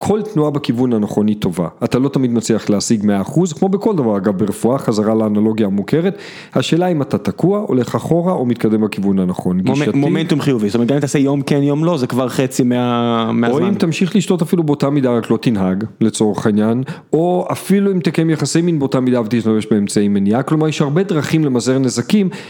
כל תנועה בכיוון הנכון היא טובה אתה לא תמיד מצליח להשיג מאה אחוז כמו בכל דבר אגב ברפואה, חזרה לאנלוגיה המוכרת, השאלה אם אתה תקוע הולך אחורה או מתקדם בכיוון הנכון. מומנטום חיובי. זאת אומרת גם אם תעשה יום כן יום לא זה כבר חצי מהעניין. או אם תמשיך לשתות אפילו באותה מידה רק לא תנהג לצורך העניין, או אפילו אם תקיים יחסים עם באותה מידה ותשתמש באמצעי מניעה כלומר יש הרבה דרכים למזער נזקים.